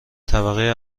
طبقه